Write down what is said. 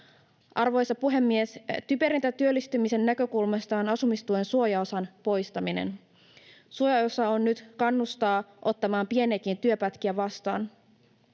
Arvoisa puhemies! Typerintä työllistymisen näkökulmasta on asumistuen suojaosan poistaminen. Suojaosa kannustaa ottamaan pieniäkin työpätkiä vastaan.